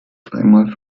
dreimal